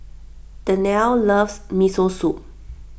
Danyelle loves Miso Soup